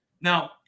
Now